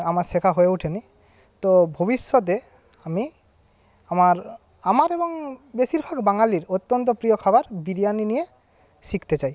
আমার শেখা হয়ে ওঠেনি তো ভবিষ্যতে আমি আমার আমার এবং বেশীরভাগ বাঙালির অত্যন্ত প্রিয় খাবার বিরিয়ানি নিয়ে শিখতে চাই